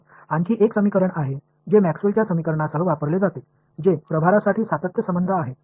मग आणखी एक समीकरण आहे जे मॅक्सवेलच्या समीकरणासह वापरले जाते जे प्रभारासाठी सातत्य संबंध आहे